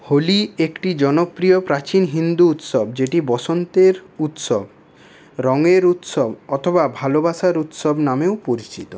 হোলি একটি জনপ্রিয় প্রাচীন হিন্দু উৎসব যেটি বসন্তের উৎসব রঙের উৎসব অথবা ভালোবাসার উৎসব নামেও পরিচিত